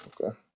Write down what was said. Okay